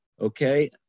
okay